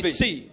see